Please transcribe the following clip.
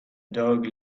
dog